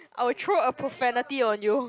I will throw a profanity on you